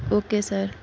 okay sir